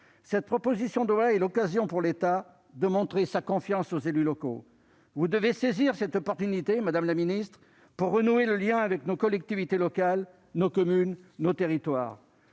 Ces propositions de loi sont l'occasion pour l'État de montrer sa confiance aux élus locaux. Vous devez saisir cette opportunité, madame la ministre, pour renouer le lien avec nos collectivités locales, nos communes, nos territoires.